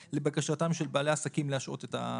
לבקשתם של בעלי עסקים להשהות את הגבייה.